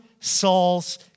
Saul's